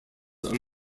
are